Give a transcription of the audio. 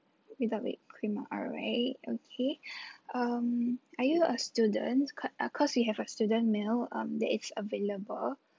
without whipped cream alright okay um are you a student co~ because we have a student meal um that is available